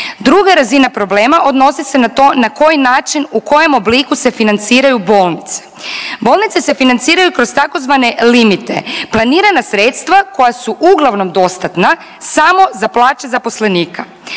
druga razina problema odnosi se na to na koji način u kojem obliku se financiraju bolnice. Bolnice se financiraju kroz tzv. limite planirana sredstva koja su uglavnom dostatna samo za plaće zaposlenika,